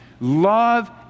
Love